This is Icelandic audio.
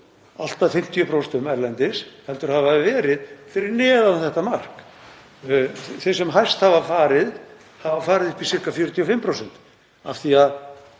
allt að 50% erlendis, heldur hafa þeir verið fyrir neðan þetta mark. Þeir sem hæst hafa farið, hafa farið upp í sirka 45% af því að